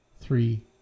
three